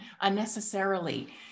unnecessarily